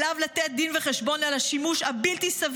עליו לתת דין וחשבון על השימוש הבלתי-סביר